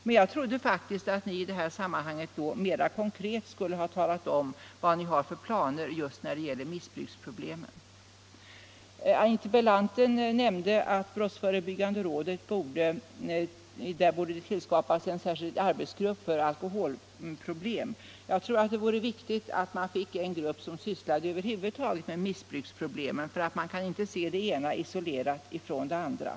Men då väntade jag mig faktiskt att ni mera konkret skulle ha talat om vad ni har för planer just när det gäller missbruksproblemen. Interpellanten nämnde att det i brottsförebyggande rådet borde tillskapas en särskild arbetsgrupp för alkoholproblem, och jag tror det vore viktigt att vi fick en grupp som över huvud taget sysslade med missbruksproblemen, för man kan inte se det ena isolerat från det andra.